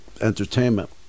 entertainment